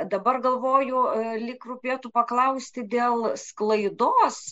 dabar galvoju lyg rūpėtų paklausti dėl sklaidos